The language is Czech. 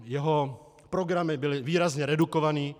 Jeho programy byly výrazně redukovány.